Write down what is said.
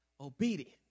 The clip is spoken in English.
obedient